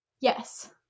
Yes